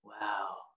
wow